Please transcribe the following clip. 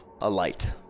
alight